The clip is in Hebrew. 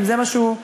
אם זה מה שהוא,